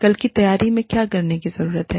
कल की तैयारी में क्या करने की जरूरत है